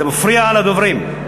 זה מפריע לדוברים.